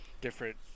different